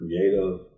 creative